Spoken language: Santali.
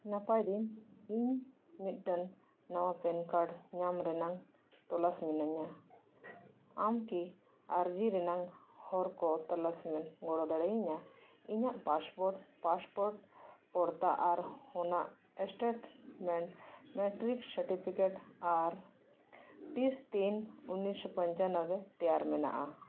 ᱱᱟᱯᱟᱭ ᱫᱤᱱ ᱤᱧ ᱢᱤᱫᱴᱟᱱ ᱱᱟᱣᱟ ᱯᱮᱱ ᱠᱟᱨᱰ ᱧᱟᱢ ᱨᱮᱱᱟᱝ ᱛᱚᱞᱟᱥ ᱢᱤᱱᱟᱹᱧᱟ ᱟᱢ ᱠᱤ ᱟᱨᱡᱤ ᱨᱮᱱᱟᱝ ᱦᱚᱨ ᱠᱚ ᱛᱚᱞᱟᱥᱮᱢ ᱜᱚᱲᱚ ᱫᱟᱲᱮᱭᱤᱧᱟ ᱤᱧᱟᱹᱜ ᱯᱟᱥᱯᱳᱨᱴ ᱯᱟᱥᱯᱳᱨᱴ ᱯᱚᱲᱛᱟ ᱟᱨ ᱦᱩᱱᱟᱹᱜ ᱥᱴᱮᱴᱢᱮᱱᱴ ᱢᱮᱴᱨᱤᱠ ᱥᱟᱨᱴᱚᱯᱷᱤᱠᱮᱴ ᱟᱨ ᱛᱤᱥ ᱛᱤᱱ ᱩᱱᱤᱥᱥᱚ ᱯᱚᱧᱪᱟ ᱱᱚᱵᱽᱵᱳᱭ ᱛᱮᱭᱟᱨ ᱢᱮᱱᱟᱜᱼᱟ